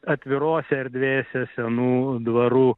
atvirose erdvėse senų dvarų